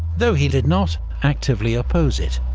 though he did not actively oppose it.